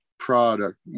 product